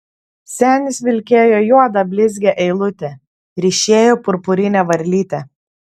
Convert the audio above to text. senis vilkėjo juodą blizgią eilutę ryšėjo purpurinę varlytę